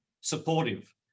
supportive